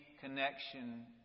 connection